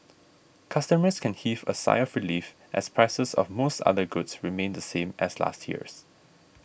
customers can heave a sigh of relief as prices of most other goods remain the same as last year's